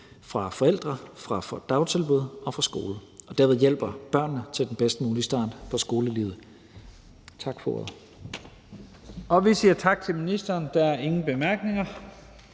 fra forældre, fra dagtilbud og fra skole og derved hjælper børnene til den bedst mulige start på skolelivet. Tak for ordet. Kl. 12:44 Første næstformand (Leif Lahn Jensen):